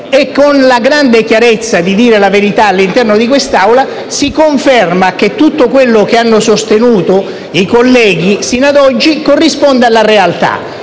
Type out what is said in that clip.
e, con la grande chiarezza di dire la verità all'interno di quest'Aula, si confermi che tutto quello che hanno sostenuto i colleghi fino ad oggi corrisponde alla realtà.